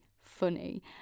funny